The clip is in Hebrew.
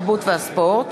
התרבות והספורט,